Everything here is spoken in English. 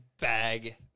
bag